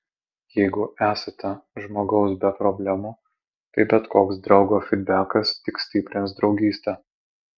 jeigu esate žmogaus be problemų tai bet koks draugo fydbekas tik stiprins draugystę